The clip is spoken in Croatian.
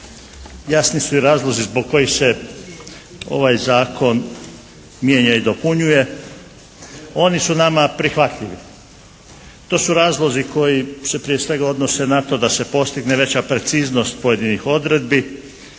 Jasni su i razlozi zbog kojih se ovaj zakon mijenja i dopunjuje. Oni su nama prihvatljivi. To su razlozi koji se prije svega odnose na to da se postigne veća preciznost pojedinih odredbi,